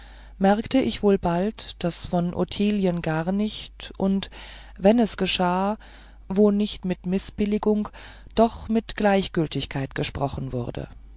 merkte ich wohl bald daß von ottilien gar nicht und wenn es geschah wo nicht mit mißbilligung doch mit gleichgültigkeit gesprochen wurde